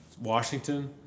Washington